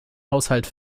haushalt